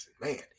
man